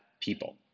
people